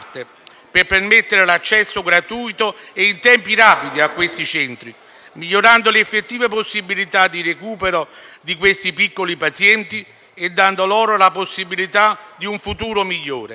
per permettere l'accesso gratuito e in tempi rapidi a questi centri, migliorando le effettive possibilità di recupero di questi piccoli pazienti e dando loro la possibilità di un futuro migliore.